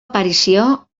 aparició